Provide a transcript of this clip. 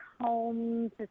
home